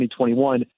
2021